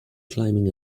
climbing